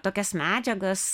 tokias medžiagas